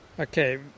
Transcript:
Okay